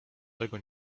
tego